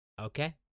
Okay